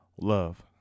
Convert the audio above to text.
Love